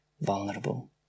vulnerable